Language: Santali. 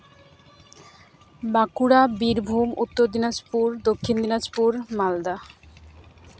ᱵᱟᱸᱠᱩᱲᱟ ᱵᱤᱨᱵᱷᱩᱢ ᱩᱛᱛᱚᱨ ᱫᱤᱱᱟᱡᱽᱯᱩᱨ ᱫᱚᱠᱠᱷᱤᱱ ᱫᱤᱱᱟᱡᱽᱯᱩᱨ ᱢᱟᱞᱫᱟ